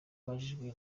abajijwe